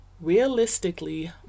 Realistically